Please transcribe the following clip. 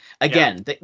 again